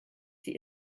sie